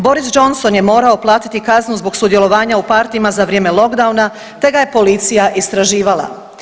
Boris Johnson je morao platiti kaznu zbog sudjelovanja u partijima za vrijeme lockdowna, te ga je policija istraživala.